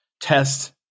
test